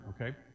okay